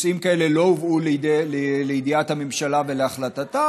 נושאים כאלה לא הובאו לידיעת הממשלה ולהחלטתה.